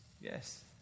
Yes